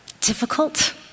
difficult